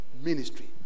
ministry